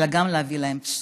אלא גם להביא להם בשורות.